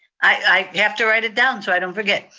i have to write it down so i don't forget.